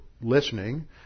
listening